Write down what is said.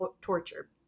torture